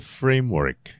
framework